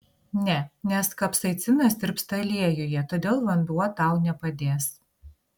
ne nes kapsaicinas tirpsta aliejuje todėl vanduo tau nepadės